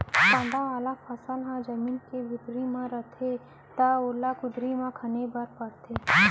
कांदा वाला फसल ह जमीन के भीतरी म रहिथे त ओला कुदारी म खने ल परथे